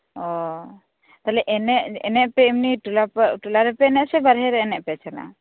ᱚ ᱛᱟᱦᱚᱞᱮ ᱮᱱᱮᱡ ᱟᱯᱮ ᱮᱢᱱᱤ ᱴᱚᱞᱟ ᱨᱮᱯᱮ ᱮᱱᱮᱡ ᱟᱥᱮ ᱵᱟᱨᱦᱮᱨᱮ ᱮᱱᱮᱡ ᱯᱮ ᱪᱟᱞᱟᱜ ᱟ